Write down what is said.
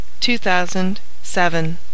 2007